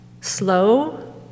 slow